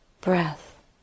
breath